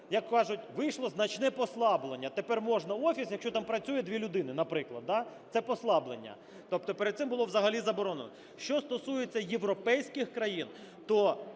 як кажуть, вийшло значне послаблення, тепер можна офіс, якщо там працює дві людини, наприклад, да? Це – послаблення. Тобто перед цим було взагалі заборонено. Що стосується європейських країн, то